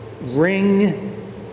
ring